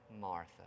Martha